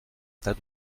tas